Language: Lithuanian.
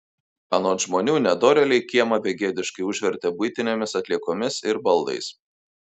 anot žmonių nedorėliai kiemą begėdiškai užvertė buitinėmis atliekomis ir baldais